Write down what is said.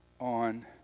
on